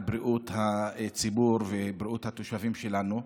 בריאות הציבור ובריאות התושבים שלנו,